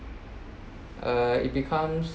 uh it becomes